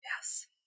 Yes